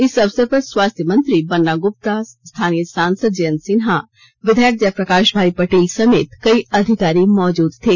इस अवसर पर स्वास्थ्य मंत्री बन्ना गुप्ता स्थानीय सांसद जयंत सिन्हा विधायक जयप्रकाश भाई पटेल समेत कई अधिकारी मौजूद थे